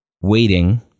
waiting